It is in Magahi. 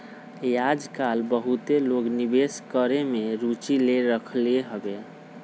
याजकाल बहुते लोग निवेश करेमे में रुचि ले रहलखिन्ह हबे